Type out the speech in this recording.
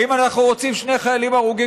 האם אנחנו רוצים שני חיילים הרוגים